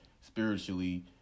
spiritually